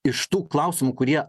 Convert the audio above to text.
iš tų klausimų kurie